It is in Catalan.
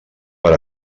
per